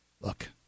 look